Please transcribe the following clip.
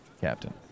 Captain